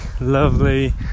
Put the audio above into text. lovely